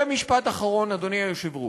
משפט אחרון, אדוני היושב-ראש.